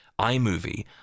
iMovie